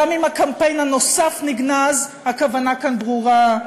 גם אם הקמפיין הנוסף נגנז, הכוונה כאן ברורה: